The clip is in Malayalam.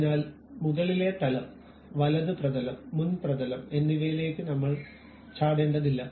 അതിനാൽ മുകളിലെ തലം വലത് പ്രതലം മുൻ പ്രതലം എന്നിവയിലേക്ക് നമ്മൾ ചാടേണ്ടതില്ല